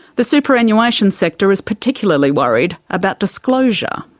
the superannuation sector is particularly worried about disclosure,